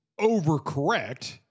overcorrect